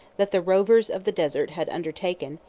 that the rovers of the desert had undertaken,